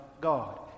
God